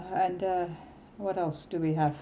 and the what else do we have